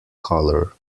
colour